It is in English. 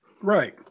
right